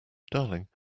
darling